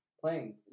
playing